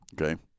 okay